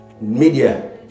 Media